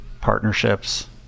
partnerships